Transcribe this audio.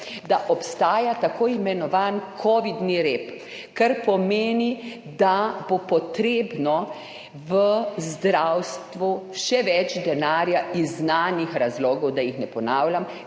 da obstaja tako imenovani kovidni rep, kar pomeni, da bo potrebnega v zdravstvu še več denarja iz znanih razlogov, da jih ne ponavljam,